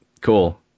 cool